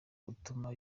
gutuma